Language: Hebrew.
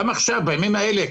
גם עכשיו בימים האלה,